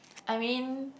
I mean